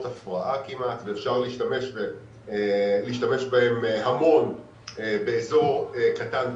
הפרעה ואפשר להשתמש בהם המון באזור קטן וצפוף,